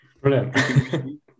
Brilliant